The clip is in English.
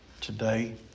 today